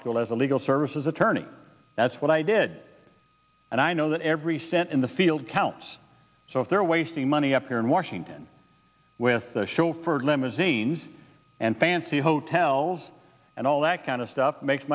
school as a legal services attorney that's what i did and i know that every cent in the field counts so if they're wasting money up here in washington with their chauffeured limousines and fancy hotels and all that kind of stuff makes